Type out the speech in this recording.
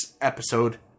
episode